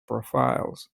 profiles